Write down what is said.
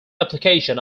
application